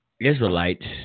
Israelites